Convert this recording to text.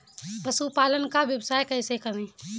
पशुपालन का व्यवसाय कैसे करें?